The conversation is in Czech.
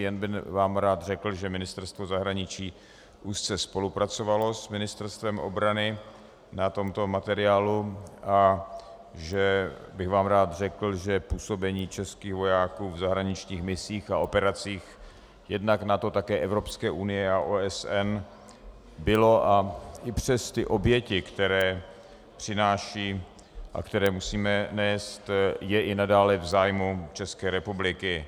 Jen bych vám rád řekl, že Ministerstvo zahraničí úzce spolupracovalo s Ministerstvem obrany na tomto materiálu a že bych vám rád řekl, že působení českých vojáků v zahraničních misích a operacích jednak NATO, také Evropské unie a OSN, bylo a i přes oběti, které přináší a které musíme nést, je i nadále v zájmu České republiky.